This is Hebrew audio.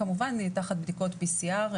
כמובן תחת בדיקות PCR,